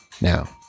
Now